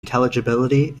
intelligibility